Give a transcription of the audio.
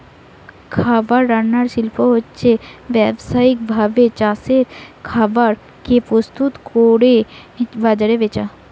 খাবার বানানার শিল্প হচ্ছে ব্যাবসায়িক ভাবে চাষের খাবার কে প্রস্তুত কোরে বাজারে বেচা